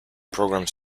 programs